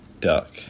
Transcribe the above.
Duck